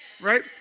right